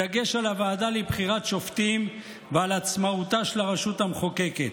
בדגש על הוועדה לבחירת שופטים ועל עצמאותה של הרשות המחוקקת.